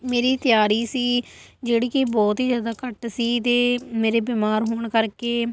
ਮੇਰੀ ਤਿਆਰੀ ਸੀ ਜਿਹੜੀ ਕਿ ਬਹੁਤ ਹੀ ਜ਼ਿਆਦਾ ਘੱਟ ਸੀ ਅਤੇ ਮੇਰੇ ਬਿਮਾਰ ਹੋਣ ਕਰਕੇ